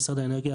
משרד האנרגיה,